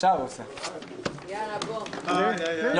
הישיבה ננעלה בשעה 17:31.